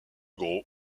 gros